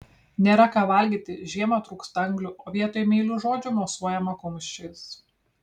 nėra ką valgyti žiemą trūksta anglių o vietoj meilių žodžių mosuojama kumščiais